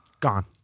Gone